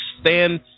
stand